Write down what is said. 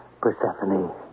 Persephone